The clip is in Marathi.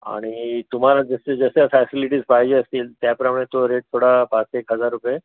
आणि तुम्हाला जसे जशा फॅसीलीटीज पाहिजे असतील त्याप्रमाणे तो रेट थोडा पाच एक हजार रुपये